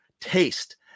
taste